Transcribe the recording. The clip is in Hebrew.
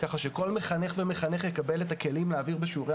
כך שכל מחנך ומחנכת יקבל את הכלים להעביר בשיעורי